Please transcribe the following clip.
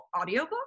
audiobook